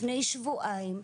לפני שבועיים,